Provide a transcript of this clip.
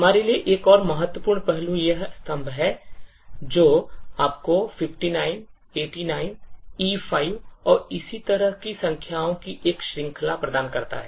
हमारे लिए एक और महत्वपूर्ण पहलू यह स्तंभ है जो आपको 59 89 E5 और इसी तरह की संख्याओं की एक श्रृंखला प्रदान करता है